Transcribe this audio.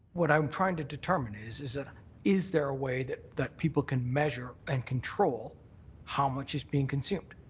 what i'm trying to determine is, is ah is there a way that that people can measure and control how much is being consumed?